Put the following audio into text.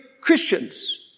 Christians